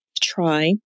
try